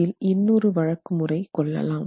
இதில் இன்னொரு வழக்கு முறை கொள்ளலாம்